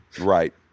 Right